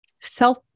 self